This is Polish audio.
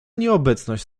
nieobecność